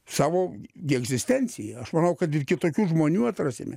savo gi egzistencijai aš manau kad ir kitokių žmonių atrasime